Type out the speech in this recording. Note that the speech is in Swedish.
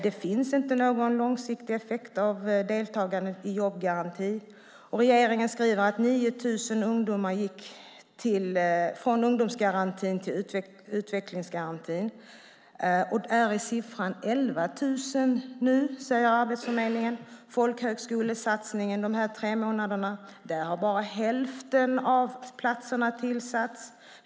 Det finns inte någon långsiktig effekt av deltagandet i jobbgarantin. Regeringen skriver att 9 000 ungdomar gick från ungdomsgarantin till utvecklingsgarantin. Här är siffran nu 11 000, säger Arbetsförmedlingen. När det gäller folkhögskolesatsningen på tre månader har bara hälften av platserna tillsatts.